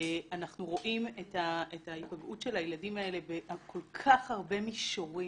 אנחנו רואים את ההיפגעות של הילדים האלה על כל כך הרבה מישורים.